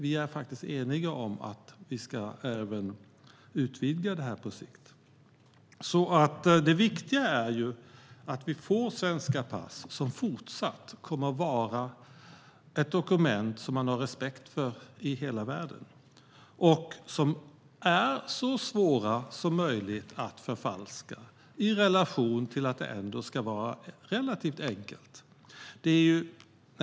Vi är eniga om att vi även ska utvidga detta på sikt. Det viktiga är att vi får svenska pass som fortsatt kommer att vara dokument som man har respekt för i hela världen och som är så svåra som möjligt att förfalska i relation till att de ändå ska vara relativt enkla dokument.